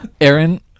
Aaron